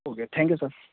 okay thank you sir